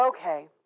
okay